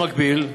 במקביל,